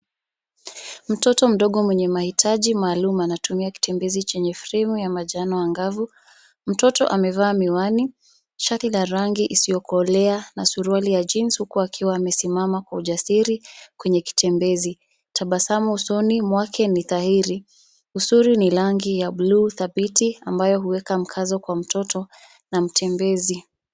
Mtoto mdogo mwenye mahitaji maalum anatumia kitembezi chenye frame ya manjano angavu. Mtoto amevaa miwani, shati la rangi isiyo kolea na suruali ya jeans huku akiwa amesimama kwa ujasiri kwenye kitembezi. Tabasamu usoni mwake ni dhahiri. Usuru ni rangi ya bluu dhabiti ambayo huweka mkazo kwa mtoto na mtembezi.